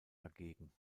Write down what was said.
dagegen